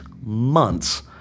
months